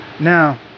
Now